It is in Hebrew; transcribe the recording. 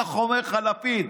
ככה אומר לך לפיד.